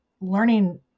learning